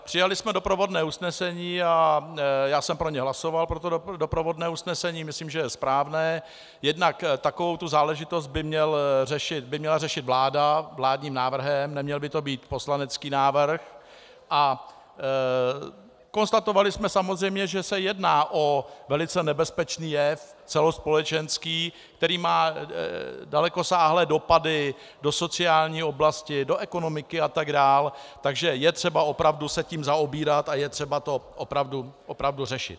Přijali jsme doprovodné usnesení a já jsem pro ně hlasoval, pro to doprovodné usnesení, myslím, že je správné, jednak takovouto záležitost by měla řešit vláda vládním návrhem, neměl by to být poslanecký návrh, a konstatovali jsme samozřejmě, že se jedná o velice nebezpečný jev celospolečenský, který má dalekosáhlé dopady do sociální oblasti, do ekonomiky atd., takže je třeba opravdu se tím zabývat, je třeba to opravdu řešit.